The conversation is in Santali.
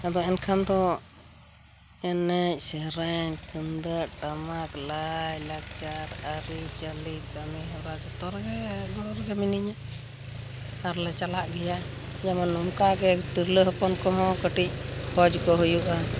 ᱟᱫᱚ ᱮᱱᱠᱷᱟᱱ ᱫᱚ ᱮᱱᱮᱡ ᱥᱮᱨᱮᱧ ᱛᱩᱢᱫᱟᱹᱜ ᱴᱟᱢᱟᱠ ᱞᱟᱹᱭᱞᱟᱠᱪᱟᱨ ᱟᱹᱨᱤᱪᱟᱹᱞᱤ ᱠᱟᱹᱢᱤᱦᱚᱨᱟ ᱡᱚᱛᱚ ᱨᱮᱜᱮ ᱜᱚᱲᱚᱨᱮᱜᱮ ᱢᱤᱱᱟᱹᱧᱟ ᱟᱨ ᱞᱮ ᱪᱟᱞᱟᱜ ᱜᱮᱭᱟ ᱡᱮᱢᱚᱱ ᱱᱚᱝᱠᱟᱜᱮ ᱛᱤᱨᱞᱟᱹ ᱦᱚᱯᱚᱱ ᱠᱚᱦᱚᱸ ᱠᱟᱹᱴᱤᱡ ᱢᱚᱸᱡᱽ ᱠᱚ ᱦᱩᱭᱩᱜᱼᱟ